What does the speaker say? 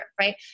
right